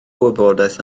wybodaeth